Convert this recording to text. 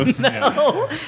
No